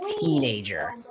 teenager